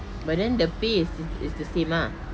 but then the pay is st~ is the same ah